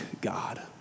God